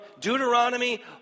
Deuteronomy